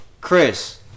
Chris